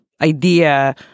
idea